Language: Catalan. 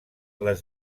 les